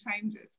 changes